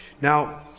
Now